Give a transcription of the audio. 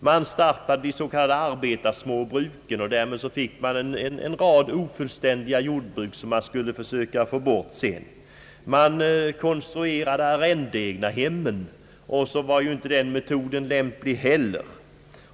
Man startade de s.k. arbetarsmåbruken och fick därmed en rad ofullständiga jordbruk, som man sedan skulle försöka få bort. Man konstruerade arrendeegnahemmen, men så var inte den metoden lämplig heller.